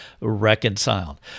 reconciled